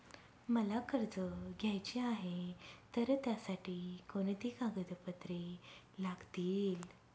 मला कर्ज घ्यायचे आहे तर त्यासाठी कोणती कागदपत्रे लागतील?